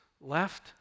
left